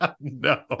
No